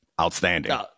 outstanding